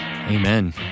Amen